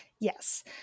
Yes